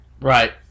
Right